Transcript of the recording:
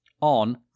on